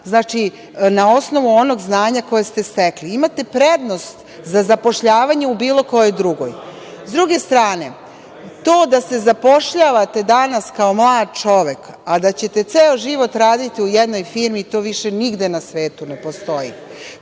Znači, na osnovu onog znanja koje ste stekli, imate prednost za zapošljavanje u bilo kojoj drugoj.S druge strane, to da se zapošljavate danas kao mlad čovek a da ćete ceo život raditi u jednoj firmi, to više nigde na svetu ne postoji.